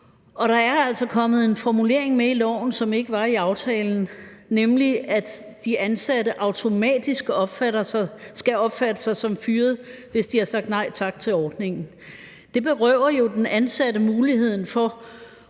der er altså kommet en formulering med i lovforslaget, som ikke er i aftalen, nemlig at de ansatte automatisk skal opfatte sig som fyret, hvis de har sagt nej tak til ordningen. Det berøver jo – om jeg så må sige –